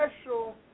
special